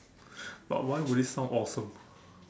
but why would it sound awesome